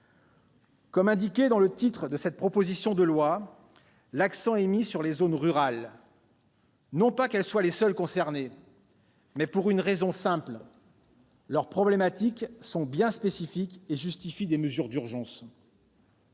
Comme l'indique le titre de la proposition de loi, l'accent est mis sur les zones rurales, non qu'elles soient les seules concernées, mais pour la simple raison que leurs difficultés sont bien spécifiques et justifient des mesures d'urgence.